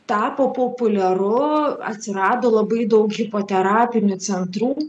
tapo populiaru atsirado labai daug hipoterapinių centrų